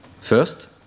First